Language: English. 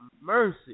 mercy